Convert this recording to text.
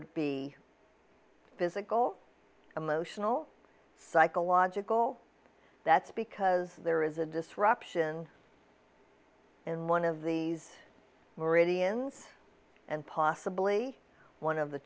it be physical emotional psychological that's because there is a disruption in one of these meridians and possibly one of the